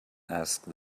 asked